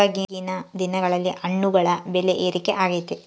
ಇವಾಗಿನ್ ದಿನಗಳಲ್ಲಿ ಹಣ್ಣುಗಳ ಬೆಳೆ ಏರಿಕೆ ಆಗೈತೆ